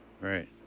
right